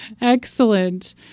Excellent